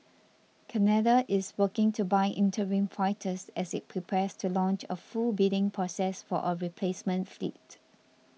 Canada is working to buy interim fighters as it prepares to launch a full bidding process for a replacement fleet